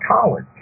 college